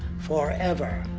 forever!